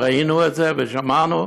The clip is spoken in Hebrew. ראינו את זה ושמענו,